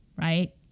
right